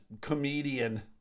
comedian